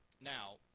now